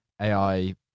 AI